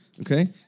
Okay